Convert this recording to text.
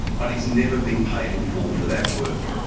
but he's never been paid in full for that work.